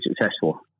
successful